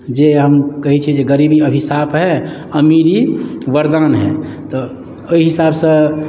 जे हम कहैत छै जे गरीबी अभिशाप है अमीरी वरदान है तऽ एहि हिसाबसँ